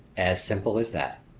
as simple as that.